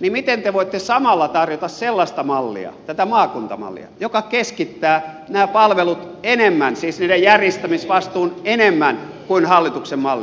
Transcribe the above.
niin miten te voitte samalla tarjota sellaista mallia tätä maakuntamallia joka keskittää nämä palvelut siis niiden järjestämisvastuun enemmän kuin hallituksen malli